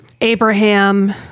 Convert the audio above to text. Abraham